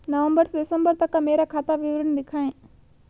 नवंबर से दिसंबर तक का मेरा खाता विवरण दिखाएं?